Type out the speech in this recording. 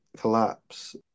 collapse